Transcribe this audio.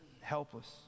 helpless